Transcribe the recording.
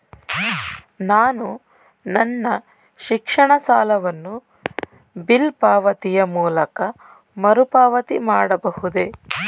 ನಾನು ನನ್ನ ಶಿಕ್ಷಣ ಸಾಲವನ್ನು ಬಿಲ್ ಪಾವತಿಯ ಮೂಲಕ ಮರುಪಾವತಿ ಮಾಡಬಹುದೇ?